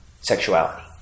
sexuality